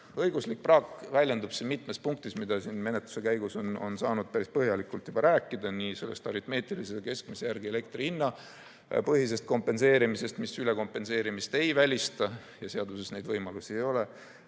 Õiguslik praak väljendub mitmes punktis. Menetluse käigus on saanud päris põhjalikult juba rääkida sellest aritmeetilise keskmise järgi elektri hinna põhisest kompenseerimisest, mis ülekompenseerimist ei välista. Ja seaduses neid võimalusi ei ole.